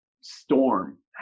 Storm